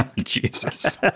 Jesus